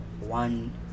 one